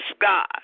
God